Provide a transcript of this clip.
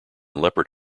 leopard